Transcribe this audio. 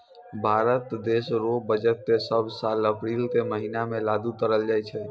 भारत देश रो बजट के सब साल अप्रील के महीना मे लागू करलो जाय छै